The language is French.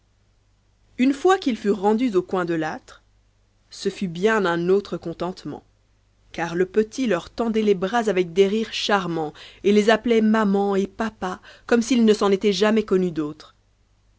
une fois qu'ils furent rendus au coin de l'tre ce fut bien un autre contentement car le petit leur tendait les bras avec des rires charmants et les appelait maman et papa comme s'il ne s'en était jamais connu d'autres